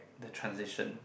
the transaction